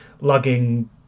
lugging